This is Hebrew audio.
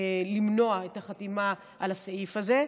כדי למנוע את החתימה על הסעיף הזה.